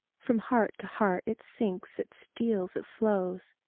from heart to heart it sinks, it steals, it flows,